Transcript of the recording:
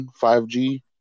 5G